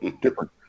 Different